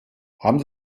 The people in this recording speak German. haben